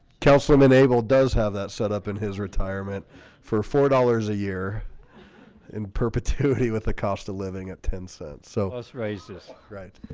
councilman table does have that set up in his retirement for four dollars a year in perpetuity with the cost of living at ten cents so let's raise this right,